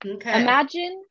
Imagine